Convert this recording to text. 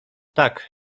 tak